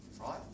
Right